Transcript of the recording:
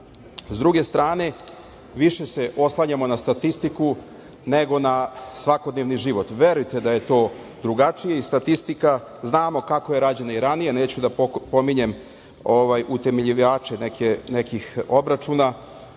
druge strane više se oslanjamo na statistiku nego na svakodnevni život, verujte da je to drugačije i statistika znamo kako je rađena i ranije neću da pominjem utemeljivače nekih obračuna